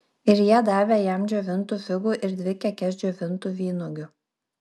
ir jie davė jam džiovintų figų ir dvi kekes džiovintų vynuogių